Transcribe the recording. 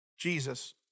Jesus